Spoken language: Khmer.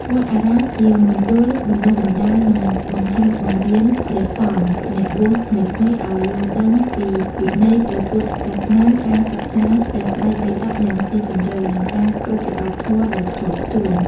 វត្តអារាមជា មណ្ឌលបណ្តុះបណ្តាល និងបង្ហាត់បង្រៀនព្រះសង្ឃអ្នកបួសថ្មីៗឲ្យយល់ដឹងពីវិន័យព្រះពុទ្ធសាសនា ការសិក្សាព្រះត្រៃបិដកយ៉ាងស៊ីជម្រៅ និងការប្រតិបត្តិធម៌ដោយខ្ជាប់ខ្ជួន។